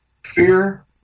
fear